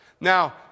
Now